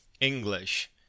English